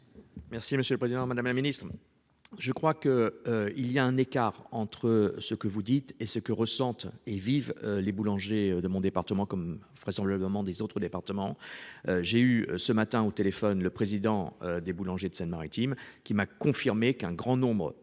Merci, monsieur le Président Madame la Ministre. Je crois que il y a un écart entre ce que vous dites et ce que ressentent et vive les boulangers de mon département comme vraisemblablement des autres départements. J'ai eu ce matin au téléphone le président des boulangers de Seine-Maritime qui m'a confirmé qu'un grand nombre